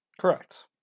Correct